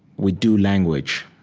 we do language,